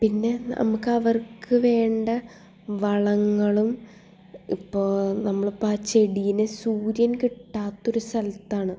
പിന്നെ നമുക്കവർക്ക് വേണ്ട വളങ്ങളും ഇപ്പോൾ നമ്മളിപ്പോൾ ആ ചെടീനെ സൂര്യൻ കിട്ടാത്തൊരു സ്ഥലത്താണ്